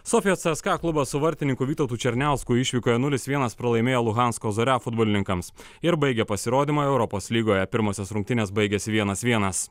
sofijos cska klubas su vartininku vytautu černiausku išvykoje nulis vienas pralaimėjo luhansko zoria futbolininkams ir baigė pasirodymą europos lygoje pirmosios rungtynės baigėsi vienas vienas